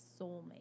soulmate